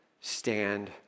stand